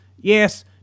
Yes